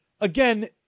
again